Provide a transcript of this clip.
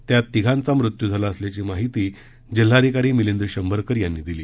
त्यात तिघांचा मृत्यू झाला असल्याची माहिती जिल्हाधिकारी मिलिंद शंभरकर यांनी दिली